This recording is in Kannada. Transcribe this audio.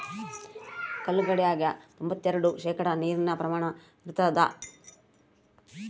ಕಲ್ಲಂಗಡ್ಯಾಗ ತೊಂಬತ್ತೆರೆಡು ಶೇಕಡಾ ನೀರಿನ ಪ್ರಮಾಣ ಇರತಾದ